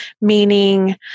Meaning